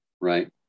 right